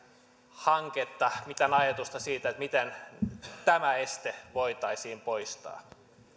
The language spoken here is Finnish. hanketta mitään ajatusta siitä miten tämä este voitaisiin poistaa